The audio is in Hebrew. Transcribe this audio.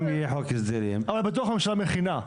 אם יהיה חוק הסדרים --- אבל בטוח הממשלה מכינה.